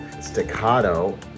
staccato